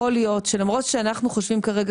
יכול להיות שלמרות שאנחנו חושבים כרגע